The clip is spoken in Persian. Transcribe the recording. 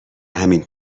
همین